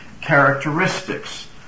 characteristics